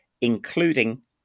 including